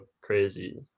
crazy